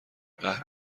قوه